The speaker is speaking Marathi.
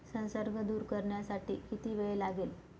संसर्ग दूर करण्यासाठी किती वेळ लागेल?